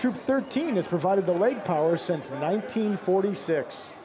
troop thirteen has provided the lake power since nineteen forty six